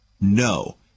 No